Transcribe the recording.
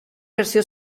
versió